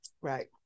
Right